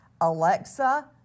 Alexa